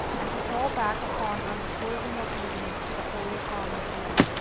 and to fall back upon unswerving obedience to the holy calm within,